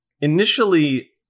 initially